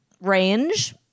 range